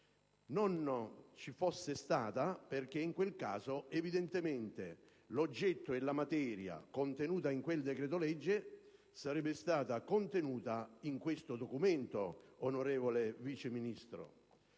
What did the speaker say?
non ci fosse stata, perché in quel caso, evidentemente, l'oggetto e la materia contenuti in quel decreto-legge sarebbero stati presenti in questo documento, onorevole Vice Ministro: